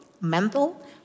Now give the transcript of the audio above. mental